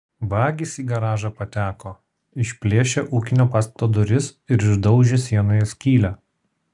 vagys į garažą pateko išplėšę ūkinio pastato duris ir išdaužę sienoje skylę